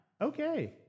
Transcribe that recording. okay